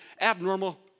abnormal